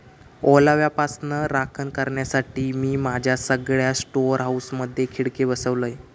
ओलाव्यापासना राखण करण्यासाठी, मी माझ्या सगळ्या स्टोअर हाऊसमधे खिडके बसवलय